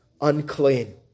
unclean